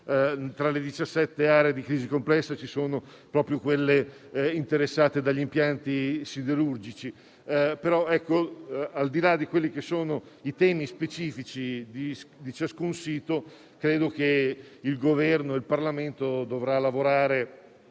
diciassette aree di crisi complessa ci sono proprio quelle interessate dagli impianti siderurgici. Al di là dei temi specifici di ciascun sito, credo che il Governo e il Parlamento dovranno lavorare